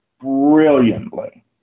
brilliantly